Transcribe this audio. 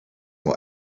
will